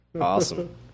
Awesome